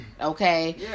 okay